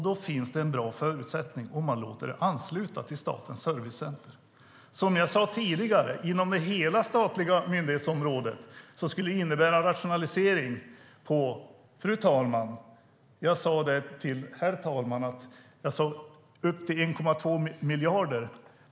Då finns det en bra förutsättning om man låter Arbetsförmedlingen ansluta till Statens servicecenter. Som jag sade tidigare, inom hela det statliga myndighetsområdet skulle det innebära en rationalisering på upp till 1,2 miljarder.